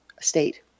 state